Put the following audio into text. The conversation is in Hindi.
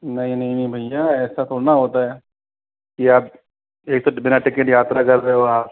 नहीं नहीं नहीं भईया ऐसा थोड़ी ना होता है ये आप एक तो बिना टिकट यात्रा कर रहे हो आप